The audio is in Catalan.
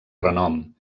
renom